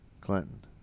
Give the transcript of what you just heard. Clinton